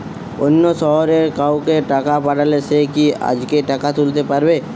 অন্য শহরের কাউকে টাকা পাঠালে সে কি আজকেই টাকা তুলতে পারবে?